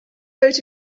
vote